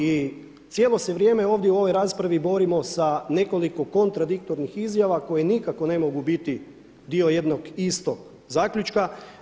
I cijelo se vrijeme ovdje u ovoj raspravi borimo sa nekoliko kontradiktornih izjava koje nikako ne mogu biti dio jednog istog zaključka.